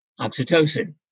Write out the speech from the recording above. oxytocin